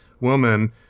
woman